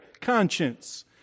conscience